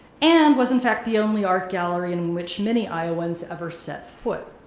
and was in fact the only art gallery in which many iowans ever set foot.